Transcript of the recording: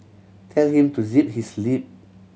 tell him to zip his lip